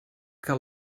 que